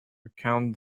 recount